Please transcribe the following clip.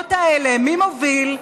היוזמות האלה, מי מוביל?